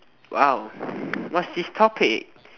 !wow! what's this topic